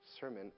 sermon